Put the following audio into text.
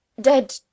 dead